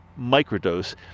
microdose